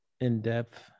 in-depth